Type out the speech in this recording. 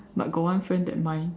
but got one friend that mind